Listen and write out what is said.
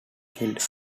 killed